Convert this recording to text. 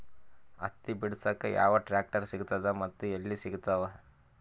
ಹತ್ತಿ ಬಿಡಸಕ್ ಯಾವ ಟ್ರಾಕ್ಟರ್ ಸಿಗತದ ಮತ್ತು ಎಲ್ಲಿ ಸಿಗತದ?